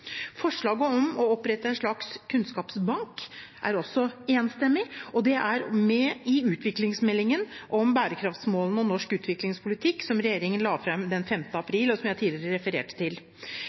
Forslaget om å opprette en slags kunnskapsbank er også enstemmig, og det er også med i utviklingsmeldingen om bærekraftsmålene og norsk utviklingspolitikk, som regjeringen la fram den 5. april, og som jeg tidligere har referert til.